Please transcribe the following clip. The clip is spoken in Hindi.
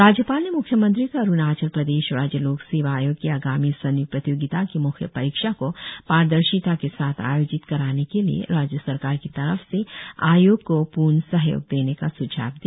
राज्यपाल ने म्ख्यमंत्री को अरुणाचल प्रदेश राज्य लोक सेवा आयोग की आगामी संय्क्त प्रतियोगिता की म्ख्य परीक्षा को पारदर्शिता के साथ आयोजित कराने के लिए राज्य सरकार की तरफ से आयोग को पूर्ण सहयोग देने का स्झाव दिया